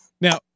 Now